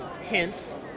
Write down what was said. hints